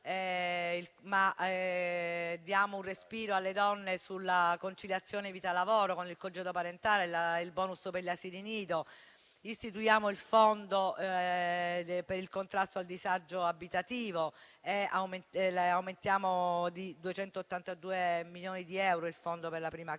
diamo un respiro alle donne sulla conciliazione vita-lavoro, con il congedo parentale e il *bonus* per gli asili nido; istituiamo il fondo per il contrasto al disagio abitativo e aumentiamo di 282 milioni di euro il fondo per la prima casa.